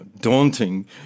daunting